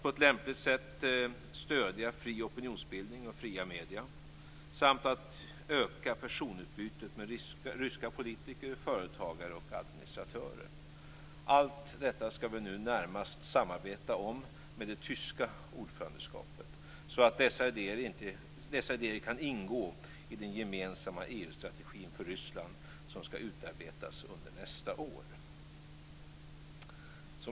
· På lämpligt sätt stödja fri opinionsbildning och fria medier. · Öka personutbytet med ryska politiker, företagare och administratörer. Allt detta skall vi nu närmast samarbeta om med det tyska ordförandeskapet, så att dessa idéer kan ingå i den gemensamma EU-strategin för Ryssland som skall utarbetas under nästa år.